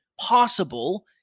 possible